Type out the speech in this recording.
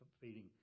feeding